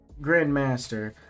Grandmaster